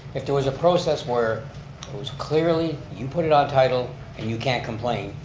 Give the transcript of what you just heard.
if there was a process where it was clearly, you put it on title and you can't complain,